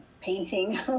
painting